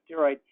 steroid